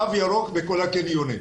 תו ירוק בכל הקניונים.